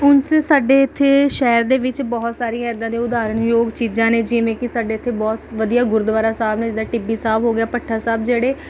ਉਂਝ ਸਾਡੇ ਇੱਥੇ ਸ਼ਹਿਰ ਦੇ ਵਿੱਚ ਬਹੁਤ ਸਾਰੀ ਏਦਾਂ ਦੀ ਉਦਾਹਰਨ ਯੋਗ ਚੀਜ਼ਾਂ ਨੇ ਜਿਵੇਂ ਕਿ ਸਾਡੇ ਇੱਥੇ ਬਹੁਤ ਵਧੀਆ ਗੁਰਦੁਆਰਾ ਸਾਹਿਬ ਮਿਲਦਾ ਟਿੱਬੀ ਸਾਹਿਬ ਹੋ ਗਿਆ ਭੱਠਾ ਸਾਹਿਬ ਜਿਹੜੇ